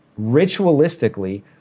ritualistically